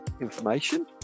information